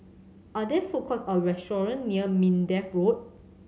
are there food courts or restaurants near Minden Road